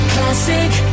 Classic